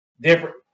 different